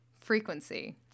frequency